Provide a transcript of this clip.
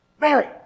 Mary